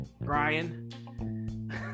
Brian